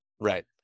Right